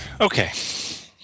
Okay